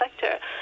sector